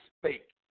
spake